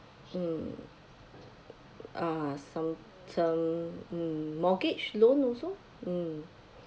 mm ah some some mm mortgage loan also mm